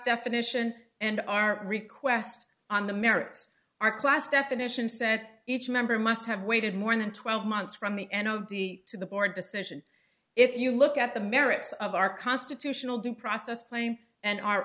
definition and our request on the merits our class definition said each member must have waited more than twelve months from the end of the to the board decision if you look at the merits of our constitutional due process playing and our